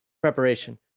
preparation